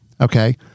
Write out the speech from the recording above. Okay